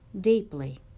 deeply